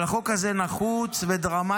אבל החוק הזה נחוץ ודרמטי.